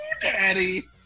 daddy